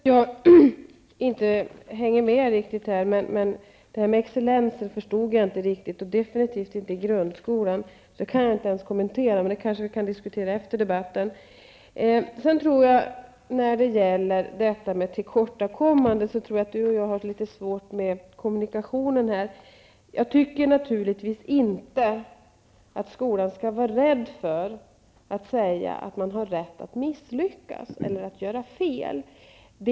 Herr talman! Det är möjligt att jag inte hänger med riktigt. Talet om excellenser förstod jag inte, definitivt inte i grundskolan. Det kan jag inte ens kommentera, men vi kanske kan diskutera detta efter debatten. När det gäller tillkortakommandet tror jag att Björn Samuelson och jag har litet svårt med kommunikationen. Jag tycker naturligtvis inte att skolan skall vara rädd för att säga att man har rätt att misslyckas eller att göra fel.